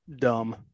dumb